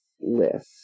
list